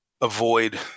avoid